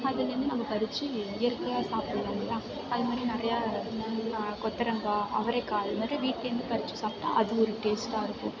அதிலேருந்து நம்ம பறித்து இயற்கையாக சாப்பிடலாம் இல்லையா அது மாதிரி நிறையா வெண்டைக்காய் கொத்தவரங்கா அவரைக்காய் அது மாதிரி வீட்டிலேருந்து பறித்து சாப்பிட்டா அது ஒரு டேஸ்ட்டாக இருக்கும்